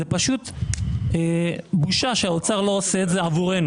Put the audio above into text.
זאת פשוט בושה שהאוצר לא עושה את זה עבורנו